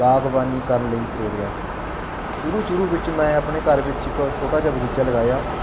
ਬਾਗ਼ਬਾਨੀ ਕਰਨ ਲਈ ਪ੍ਰੇਰਿਆ ਸ਼ੁਰੂ ਸ਼ੁਰੂ ਵਿੱਚ ਮੈਂ ਆਪਣੇ ਘਰ ਵਿੱਚ ਇੱਕ ਛੋਟਾ ਜਿਹਾ ਬਗੀਚਾ ਲਗਾਇਆ